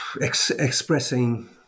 expressing